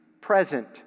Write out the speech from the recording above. present